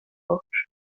الظهر